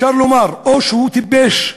אפשר לומר או שהוא טיפש,